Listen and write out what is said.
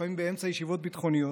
לפעמים באמצע ישיבות ביטחוניות,